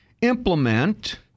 implement